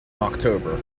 october